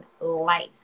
life